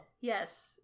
yes